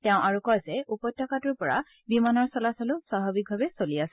তেওঁ আৰু কয় যে উপত্যকাটোৰ পৰা বিমানৰ চলাচলো স্বাভাৱিকভাৱে চলি আছে